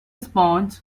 sponge